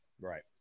right